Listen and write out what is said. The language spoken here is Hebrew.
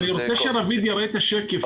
רביד יראה את השקף.